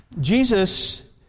Jesus